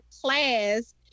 class